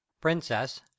princess